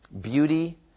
beauty